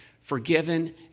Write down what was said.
Forgiven